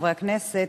חברי הכנסת,